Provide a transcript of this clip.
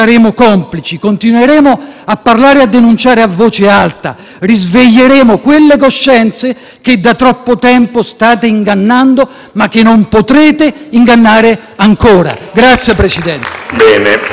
che da troppo tempo state ingannando, ma che non potrete ingannare ancora. *(Applausi